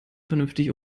vernünftig